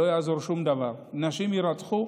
לא יעזור שום דבר, נשים יירצחו.